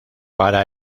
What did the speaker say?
para